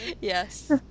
Yes